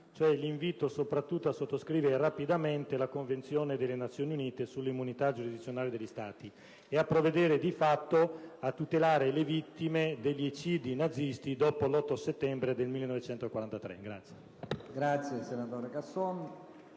cioè soprattutto l'invito a sottoscrivere rapidamente la Convenzione delle Nazioni Unite sull'immunità giurisdizionale degli Stati e a provvedere di fatto a tutelare le vittime degli eccidi nazisti dopo l'8 settembre del 1943.